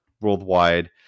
worldwide